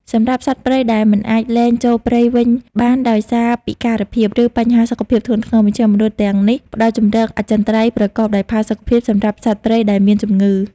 សម្រាប់សត្វព្រៃដែលមិនអាចលែងចូលព្រៃវិញបានដោយសារពិការភាព ឬបញ្ហាសុខភាពធ្ងន់ធ្ងរ មជ្ឈមណ្ឌលទាំងនេះផ្តល់ជម្រកអចិន្ត្រៃយ៍ប្រកបដោយផាសុកភាព សម្រាប់សព្វព្រៃដែលមានជំងឺ។។